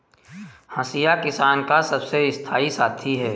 हंसिया किसान का सबसे स्थाई साथी है